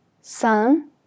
sun